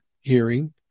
hearing